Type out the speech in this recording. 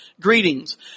Greetings